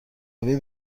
روی